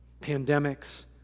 pandemics